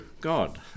God